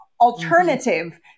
alternative